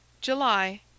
July